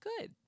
good